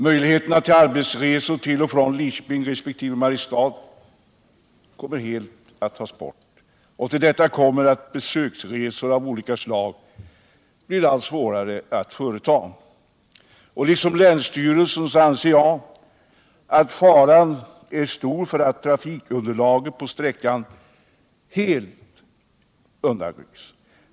Möjligheterna till arbetsresor till och från Lidköping resp. Mariestad kommer helt att försvinna. Till detta kommer att besöksresor av olika slag blir allt svårare att företa. Liksom länsstyrelsen anser jag att risken är stor att trafikunderlaget på sträckan helt undanrycks.